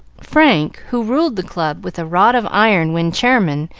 frank, who ruled the club with a rod of iron when chairman,